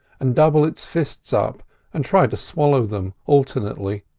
and double its fists up and try to swallow them alternately,